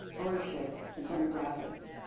ownership, and demographics.